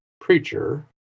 preacher